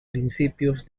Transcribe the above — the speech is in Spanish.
principios